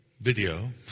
Video